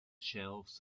shelves